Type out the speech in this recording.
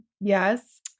Yes